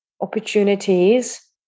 opportunities